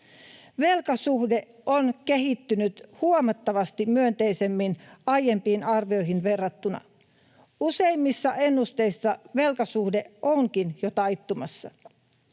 Velkasuhde on kehittynyt huomattavasti myönteisemmin aiempiin arvioihin verrattuna. Useimmissa ennusteissa velkasuhde onkin jo taittumassa.